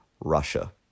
Russia